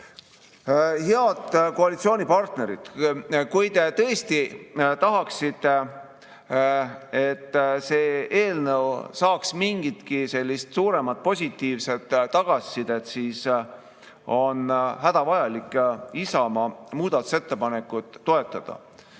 Head koalitsioonipartnerid! Kui te tõesti tahaksite, et see eelnõu saaks mingitki suuremat positiivset tagasisidet, siis on hädavajalik Isamaa muudatusettepanekut toetada.